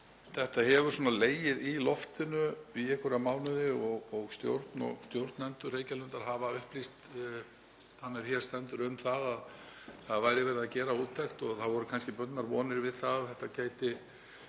Þetta hefur legið í loftinu í einhverja mánuði og stjórnendur Reykjalundar hafa upplýst þann er hér stendur um að það væri verið að gera úttekt og það voru kannski bundnar vonir við að þetta gæti